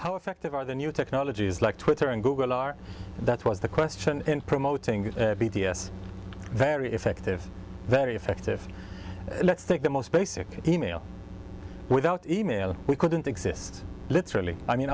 how effective are the new technologies like twitter and google are that was the question in promoting b d s very effective very effective let's take the most basic email without email we couldn't exist literally i mean